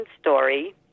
story